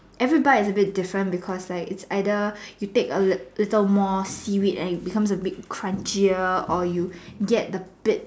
every bite is a bit different because it's like you take a little more seaweed and it becomes a bit crunchier or you get a bit